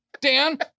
dan